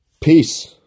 Peace